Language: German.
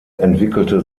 entwickelte